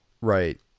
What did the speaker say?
Right